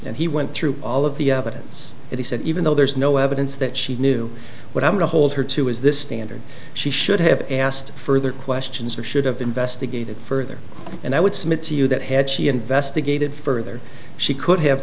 and he went through all of the evidence that he said even though there's no evidence that she knew what i'm to hold her to is this standard she should have asked further questions or should have investigated further and i would submit to you that had she investigated further she could have